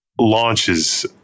launches